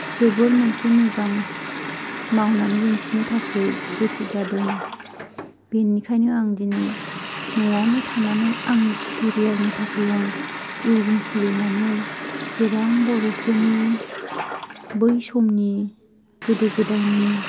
जोबोर मोनसे मोजां मावनानै दिन्थिनो थाखाय जोबोर गोसो जादों बेनिखायनो आं दिनै न'आवनो थानानै आंनि केरियारनि थाखाय आं उवेभिं खुलिनानै गोबां बर'फोरनि बै समनि गोदो गोदायनि